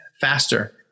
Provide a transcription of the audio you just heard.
faster